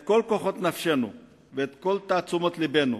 את כל כוחות נפשנו ואת כל תעצומות לבנו